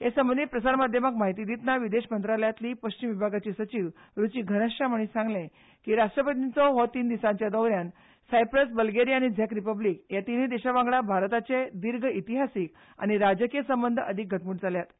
हे संबंदी प्रसार माध्यमांक म्हायती दितना विदेश मंत्रालयातली अस्तंत विभागीय सचीव रुची घनशाम हांणी सांगलें की राष्ट्रपतींचो ह्या तीन देशांचो भोंवडेन सांयप्रास बल्गेरिया आनी झॅक ह्या तिनूय देशा वांगडा भारताचे दीर्घ इतिहासीक आनी राजकी संबंद अदीक घटमूट जाल्यात